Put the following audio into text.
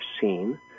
seen